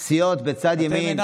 סיעות בצד ימין, זה מפריע מאוד.